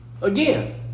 Again